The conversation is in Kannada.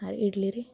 ಹಾಂ ಇಡಲೇ ರಿ ಹ್ಞೂಂ